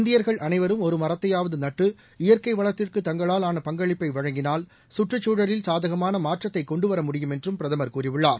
இந்தியர்கள் அனைவரும் ஒரு மரத்தையாவது நட்டு இயற்கை வளத்திற்கு தங்களால் ஆன பங்களிப்பை வழங்கினால் சுற்றுச்சூழலில் சாதகமான மாற்றத்தை கொன்டுவர முடியும் என்றும் பிரதமர் கூறியுள்ளார்